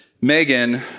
Megan